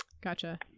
Gotcha